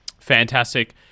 Fantastic